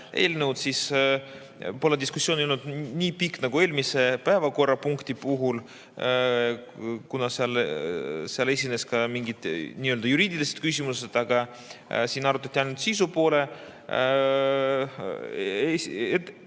eelnõu, siis ei olnud diskussioon nii pikk nagu eelmise päevakorrapunkti puhul, kuna seal olid ka mingid juriidilised küsimused, aga siin arutati ainult sisu poolt.